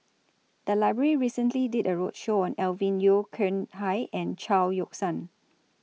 The Library recently did A roadshow on Alvin Yeo Khirn Hai and Chao Yoke San